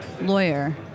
lawyer